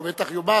הוא בטח יאמר,